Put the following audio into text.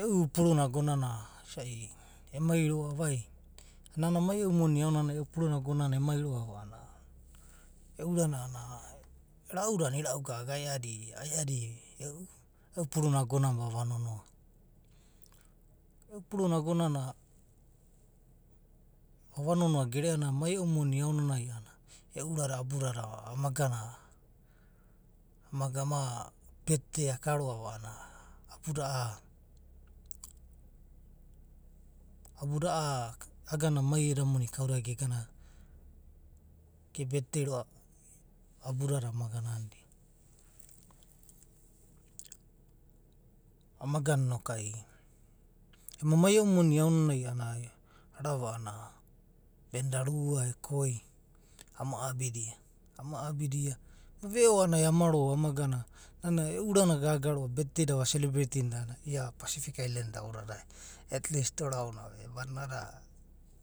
E’u puruna agonana isai emai roa; va ai. nana mai e’umoni aonanai e’u puru bab ago nana emai roa’va a’anana e’u urana a’anana. ra’u da irai gaga a’aeddi e’u puru na ago nana ama va nonoa. E’u puru na ago nana vava nonoa gereanana mai e’u moni. e’u urada abudada va gana rida. ama gana. ama gana ama betdei aka roa’va a’anana abuda a’a. abuda a’a iagana maii edam oni kamdada gegana, ge betdei roa’va anudada ama gana nida. ama gana noku ai. ema mai e’u moni aonanai a’nanana a’va’va banh da rua ekoi ama abidea. ema veo a’anana ai ama vo ama gana. nana e’u urana gaga betdei da va selebretinda a’anana ia pasifik ailen da ao dadai, at least a’anana ora saonava a’adada